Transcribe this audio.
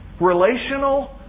Relational